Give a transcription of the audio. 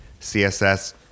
CSS